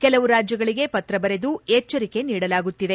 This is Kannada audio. ಕೆಲವು ರಾಜ್ಜಗಳಿಗೆ ಪತ್ರ ಬರೆದು ಎಚ್ವರಿಕೆ ನೀಡಲಾಗುತ್ತಿದೆ